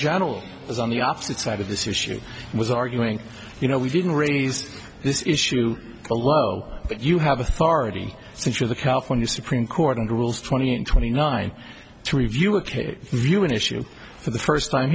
general is on the opposite side of this issue was arguing you know we didn't raise this issue a low that you have authority since you're the california supreme court rules twenty and twenty nine to review work a human issue for the first time